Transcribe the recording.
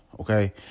okay